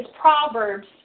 Proverbs